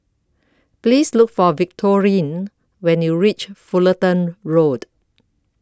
Please Look For Victorine when YOU REACH Fullerton Road